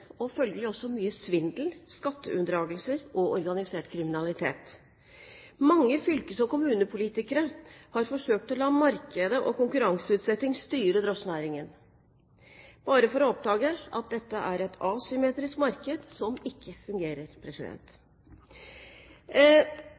og følgelig også mye svindel, skatteunndragelser og organisert kriminalitet. Mange fylkes- og kommunepolitikere har forsøkt å la markedet og konkurranseutsetting styre drosjenæringen bare for å oppdage at dette er et asymmetrisk marked som ikke fungerer.